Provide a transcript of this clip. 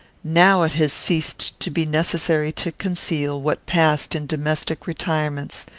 now it has ceased to be necessary to conceal what passed in domestic retirements,